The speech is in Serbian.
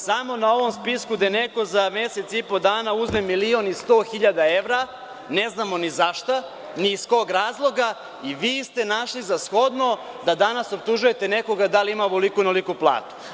Samo na ovom spisku, gde neko za mesec dana uzme milion i 100 hiljada evra, ne znamo ni za šta, ni iz kog razloga i vi ste našli za shodno da danas optužujete nekoga da li ima ovoliku ili onoliku platu.